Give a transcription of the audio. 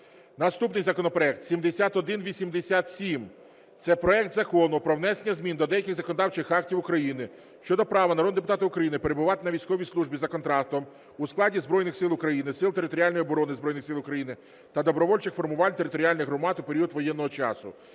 Наступний законопроект 7187 – це проект Закону про внесення змін до деяких законодавчих актів України (щодо права народного депутата України перебувати на військовій службі за контрактом у складі Збройних Сил України, Сил територіальної оборони Збройних Сил України та добровольчих формувань територіальних громад у період дії воєнного часу).